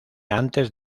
antes